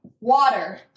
water